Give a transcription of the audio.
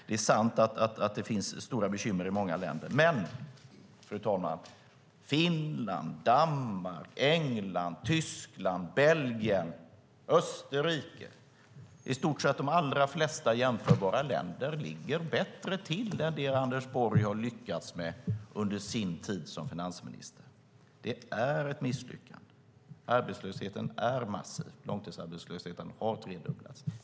Det är sant att det finns stora bekymmer i många länder. Men Finland, Danmark, England, Tyskland, Belgien och Österrike - i stort sett de allra flesta jämförbara länder - ligger bättre till än det Anders Borg har lyckats med under sin tid som finansminister. Det är ett misslyckande. Arbetslösheten är massiv. Långtidsarbetslösheten har tredubblats.